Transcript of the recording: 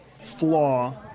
flaw